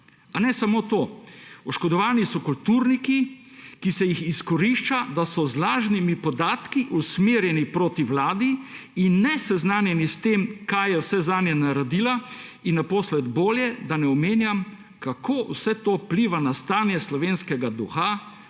Pa ne samo to, oškodovani so kulturniki, ki se jih izkorišča, da so z lažnimi podatki usmerjeni proti vladi, in niso seznanjeni s tem, kaj vse je zanje naredila. In naposled bolje, da ne omenjam, kako vse to vpliva na stanje slovenskega duha,